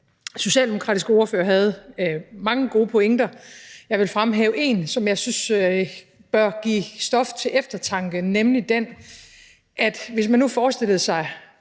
socialdemokratiske ordfører havde mange gode pointer. Jeg vil fremhæve en, som jeg synes bør give stof til eftertanke, nemlig den, at hvis man nu forestillede sig,